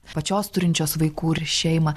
pačios turinčios vaikų ir šeimą